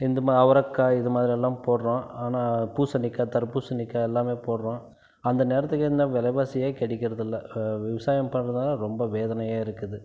இந்த ம அவரக்காய் இது மாதிரி எல்லாம் போடுகிறோம் ஆனால் பூசணிக்காய் தர்பூசணிக்காய் எல்லாமே போடுகிறோம் அந்த நேரத்துக்கு எந்த விலைவாசியே கிடைக்கறதில்ல விவசாயம் பண்ணுறதுனா ரொம்ப வேதனையாக இருக்குது